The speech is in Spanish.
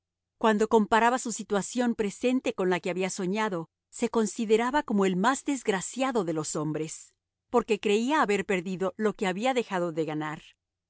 cuando comparaba su situación presente con la que había soñado se consideraba como el más desgraciado de los hombres porque creía haber perdido lo que había dejado de ganar